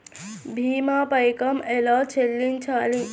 భీమా పైకం ఎలా చెల్లించాలి?